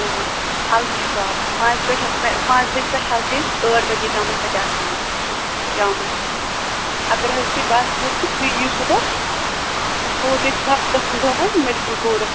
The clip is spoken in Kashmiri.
آ اَلشِفا پانٛژِ پٮ۪ٹھ پانٛژھ بَجہِ پٮ۪ٹھ حظ چھِ أسۍ ٲٹھ بَجے تامَتھ تَتہِ آسان شامَس اگر حظ تُہۍ باسوٕ تہٕ تُہۍ یِیِو صُبحَس أسۍ تھاوو تُہۍ فلحال دَہَن دۄہَن حظ میٚڈِکل کوٚرُس